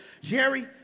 Jerry